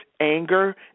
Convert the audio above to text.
anger